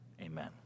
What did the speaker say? Amen